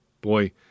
boy